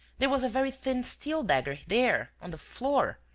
there was a very thin steel dagger there, on the floor.